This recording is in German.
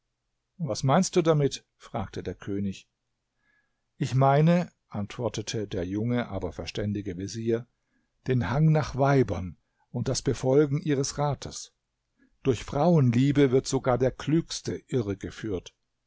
was meinst du damit fragte der könig ich meine antwortete der junge aber verständige vezier den hang nach weibern und das befolgen ihres rates durch frauenliebe wird sogar der klügste